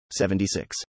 76